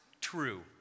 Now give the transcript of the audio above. true